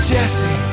Jesse